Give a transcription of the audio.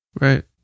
right